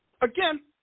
again